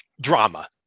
drama